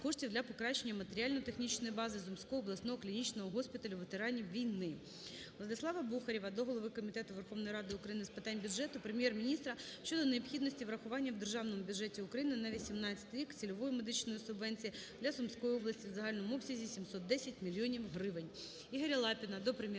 коштів для покращення матеріально-технічної бази Сумського обласного клінічного госпіталю ветеранів війни. Владислава Бухарєва до голови Комітету Верховної Ради України з питань бюджету, Прем'єр-міністра щодо необхідності врахування в Державному бюджеті України на 2018 рік цільової медичної субвенції для Сумської області в загальному обсязі 710 мільйонів